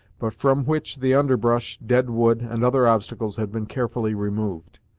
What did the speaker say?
but from which the underbrush, dead wood, and other obstacles had been carefully removed.